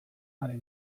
haren